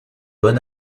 bon